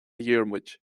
dhiarmaid